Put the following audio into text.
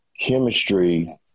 chemistry